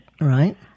Right